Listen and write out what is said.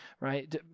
Right